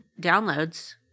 downloads